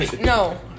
No